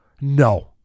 no